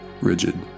rigid